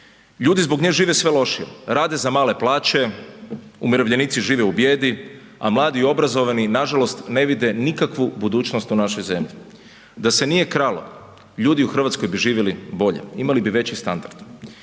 Ljudi zbog nje žive sve lošije, rade za male plaće, umirovljenici žive u bijedi a mladi i obrazovani nažalost ne vide nikakvu budućnost u našoj zemlji. Da se nije kralo, ljudi u Hrvatskoj bi živjeli bolje, imali bi veći standard.